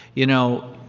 you know,